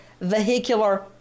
vehicular